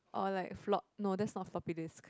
or like flo~ no that's not floppy disk